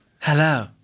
Hello